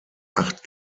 acht